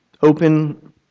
Open